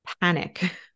panic